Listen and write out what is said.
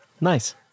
nice